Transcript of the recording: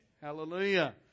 Hallelujah